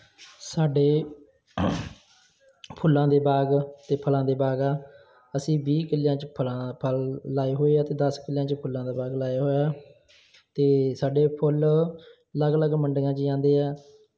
ਸਾਡੇ ਫੁੱਲਾਂ ਦੇ ਬਾਗ ਅਤੇ ਫਲਾਂ ਦੇ ਬਾਗ ਆ ਅਸੀਂ ਵੀਹ ਕਿੱਲਿਆਂ 'ਚ ਫਲਾਂ ਫਲ ਲਾਏ ਹੋਏ ਆ ਅਤੇ ਦਸ ਕਿੱਲਿਆਂ 'ਚ ਫੁੱਲਾਂ ਦਾ ਬਾਗ ਲਾਇਆ ਹੋਇਆ ਅਤੇ ਸਾਡੇ ਫੁੱਲ ਅਲੱਗ ਅਲੱਗ ਮੰਡੀਆਂ 'ਚ ਜਾਂਦੇ ਆ